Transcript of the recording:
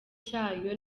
cyayo